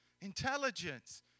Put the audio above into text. Intelligence